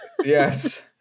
Yes